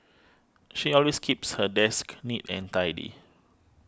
she always keeps her desk neat and tidy